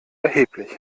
erheblich